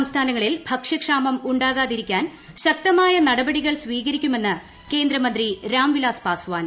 സംസ്ഥാനങ്ങളിൽ ഭക്ഷ്യക്ഷാമം ഉണ്ടാകാതിരിക്കാൻ ശക്തമായ നടപടികൾ സ്വീകരിക്കുമെന്ന് കേന്ദ്രമന്ത്രി രാംവിലാസ് പാസ്വാൻ